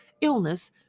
illness